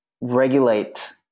regulate